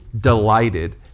delighted